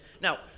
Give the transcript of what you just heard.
Now